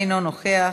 אינו נוכח,